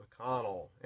McConnell